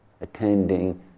attending